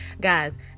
Guys